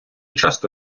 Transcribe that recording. часто